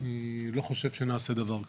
אני לא חושב שנעשה דבר כאן.